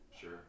Sure